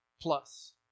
plus